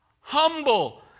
humble